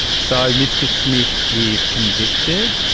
so mr smith is convicted,